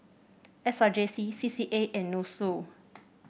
S R J C C C A and NUSSU